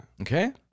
Okay